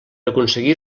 aconseguir